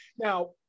Now